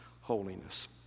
holiness